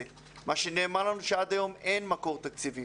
ועד היום נאמר לנו שאין מקור תקציבי.